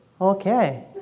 okay